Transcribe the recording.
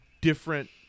different